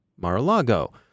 Mar-a-Lago